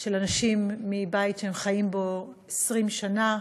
של אנשים מבית שהם חיים בו 20 שנה,